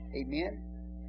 Amen